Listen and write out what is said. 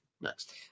Next